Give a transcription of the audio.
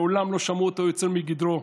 מעולם לא שמעו אותו יוצא מגדרו,